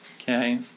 okay